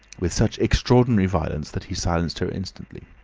with such extraordinary violence that he silenced her instantly.